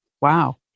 wow